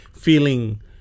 feeling